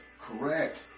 Correct